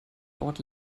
dauert